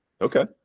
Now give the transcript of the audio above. okay